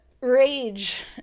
rage